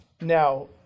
Now